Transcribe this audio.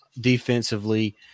Defensively